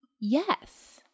Yes